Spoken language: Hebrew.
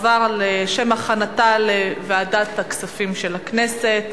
לוועדת הכספים נתקבלה.